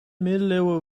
middeleeuwen